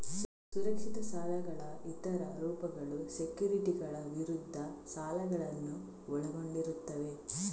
ಸುರಕ್ಷಿತ ಸಾಲಗಳ ಇತರ ರೂಪಗಳು ಸೆಕ್ಯುರಿಟಿಗಳ ವಿರುದ್ಧ ಸಾಲಗಳನ್ನು ಒಳಗೊಂಡಿರುತ್ತವೆ